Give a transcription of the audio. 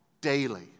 daily